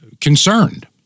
concerned